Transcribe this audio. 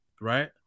right